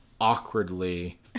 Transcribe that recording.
awkwardly